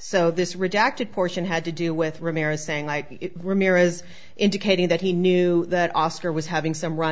so this redacted portion had to do with ramirez saying were mere is indicating that he knew that oscar was having some run